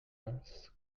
earth